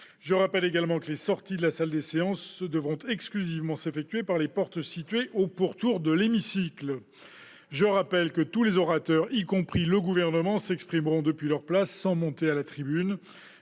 Les entrées et les sorties de la salle des séances, pour les sénateurs, devront exclusivement s'effectuer par les portes situées au pourtour de l'hémicycle. Je rappelle également que tous les orateurs, y compris le Gouvernement, s'exprimeront depuis leur place, sans monter à la tribune.